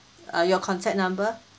uh your contact number